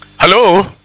Hello